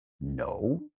no